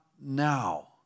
now